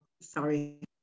Sorry